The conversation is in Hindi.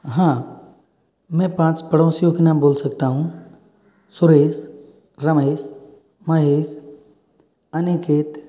हाँ मैं पाँच पड़ोसियों के नाम बोल सकता हूँ सुरेश रमेश महेश अनिकेत